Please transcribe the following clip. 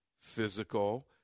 physical